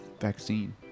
vaccine